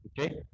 Okay